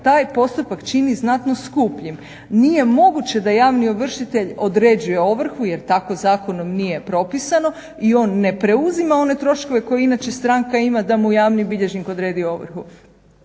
taj postupak čini znatno skupljim. Nije moguće da javni ovršitelj određuje ovrhu jer tako zakonom nije propisano i on ne preuzima one troškove koje inače stranka ima da mu javni bilježnik odredi ovrhu.